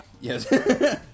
Yes